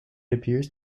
appears